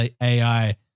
AI